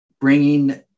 bringing